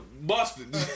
busted